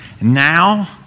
now